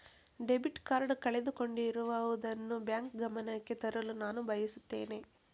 debit card ಕಳೆದುಕೊಂಡಿರುವುದನ್ನು bank ಗಮನಕ್ಕೆ ತರಲು ನಾನು ಬಯಸುತ್ತೇನೆ